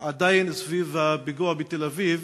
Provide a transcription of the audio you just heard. עדיין סביב הפיגוע בתל-אביב,